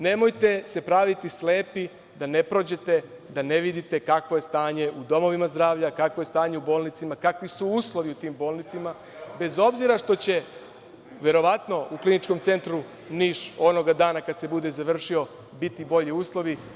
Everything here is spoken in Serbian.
Nemojte se praviti slepi da ne prođete, da ne vidite kakvo je stanje u domovima zdravlja, kakvo je stanje u bolnicama, kakvi su uslovi u tim bolnicama, bez obzira što će verovatno u Kliničkom centru Niš, onoga dana kada se bude završio, biti bolji uslovi.